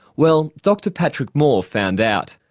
well dr patrick moore found out.